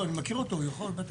אני מכיר אותו, הוא יכול.